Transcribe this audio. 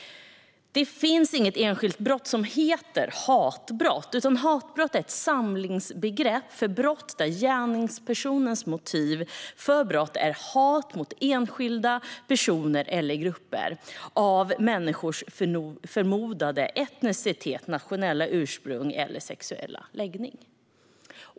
Det finns inget enskilt brott som heter hatbrott, utan hatbrott är ett samlingsbegrepp för brott där gärningspersonens motiv för brottet är hat mot enskilda personers eller grupper av människors förmodade etnicitet, nationella ursprung eller sexuella läggning.